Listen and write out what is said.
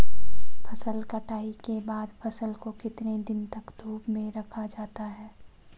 फसल कटाई के बाद फ़सल को कितने दिन तक धूप में रखा जाता है?